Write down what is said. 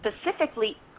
specifically